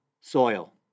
soil